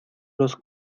los